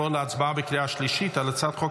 נעבור להצבעה בקריאה שלישית על הצעת חוק